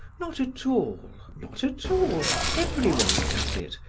not at all not at all. everyone does it,